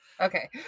Okay